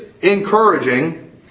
encouraging